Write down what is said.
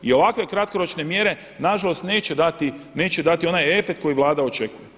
I ovakve kratkoročne mjere nažalost neće dati onaj efekt koji Vlada očekuje.